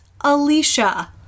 Alicia